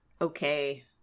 okay